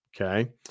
Okay